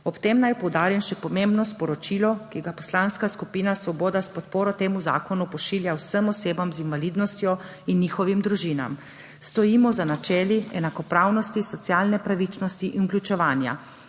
Ob tem naj poudarim še pomembno sporočilo, ki ga Poslanska skupina Svoboda s podporo temu zakonu pošilja vsem osebam z invalidnostjo in njihovim družinam. Stojimo za načeli enakopravnosti, socialne pravičnosti in vključevanja.